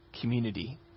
community